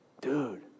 dude